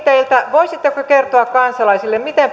voisitteko kertoa kansalaisille miten